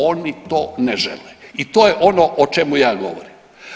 Oni to ne žele i to je ono o čemu ja govorim.